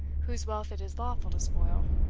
whose wealth it is lawful to spoil.